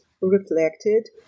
reflected